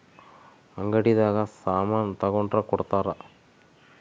ಅಂಗಡಿ ದಾಗ ಸಾಮನ್ ತಗೊಂಡ್ರ ಕೊಡ್ತಾರ